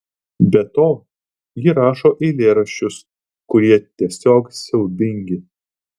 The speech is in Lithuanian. be to ji rašo eilėraščius kurie tiesiog siaubingi